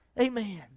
Amen